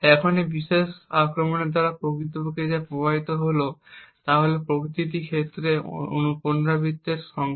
এখন এই বিশেষ আক্রমণের দ্বারা প্রকৃতপক্ষে যা প্রভাবিত হয় তা হল প্রতিটি ক্ষেত্রে পুনরাবৃত্তির সংখ্যা